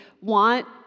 want